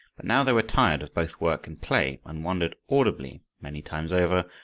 but now they were tired of both work and play, and wondered audibly, many times over,